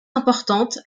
importante